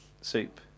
soup